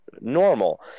normal